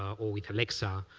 or with alexa?